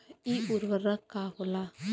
इ उर्वरक का होला?